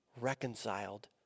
reconciled